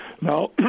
Now